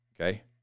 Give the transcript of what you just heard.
Okay